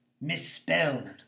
misspelled